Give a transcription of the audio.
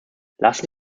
lassen